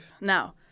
Now